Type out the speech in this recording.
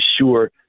sure